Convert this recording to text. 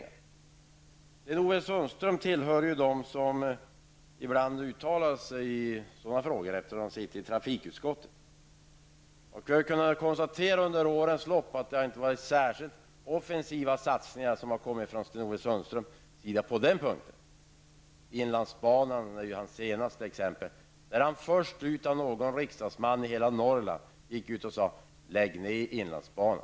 Sten-Ove Sundström, som sitter med i trafikutskottet, brukar uttala sig i just sådana frågor. Men jag konstaterar att Sten-Ove Sundström under årens lopp inte har varit med om några offensiva satsningar på nämnda områden. Inlandsbanan är det senaste exemplet. Som förste riksdagsman i Norrland gick han ut och sade att inlandsbanan skulle läggas ned.